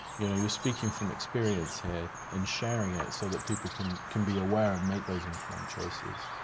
you know you're speaking from experience here and sharing it so that people can can be aware and make those informed choices.